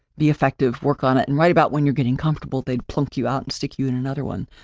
be effective, work on it, and right about when you're getting comfortable, they pluck you out and stick you in another one.